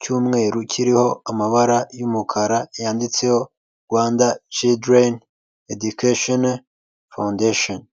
cy'umweru kiriho amabara y'umukara yanditseho "Rwanda cidureni edikeshoni fondeshoni".